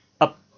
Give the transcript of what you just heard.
up